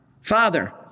Father